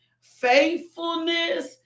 faithfulness